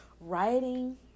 writing